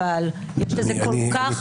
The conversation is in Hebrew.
אבל יש בזה כל כך הרבה הסתעפויות.